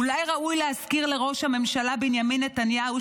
אולי ראוי להזכיר לראש הממשלה בנימין נתניהו,